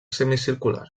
semicircular